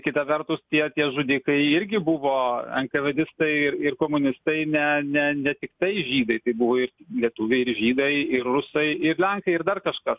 kita vertus tie tie žudikai irgi buvo enkavedistai ir ir komunistai ne ne ne tiktai žydai tai buvo ir lietuviai ir žydai ir rusai ir lenkai ir dar kažkas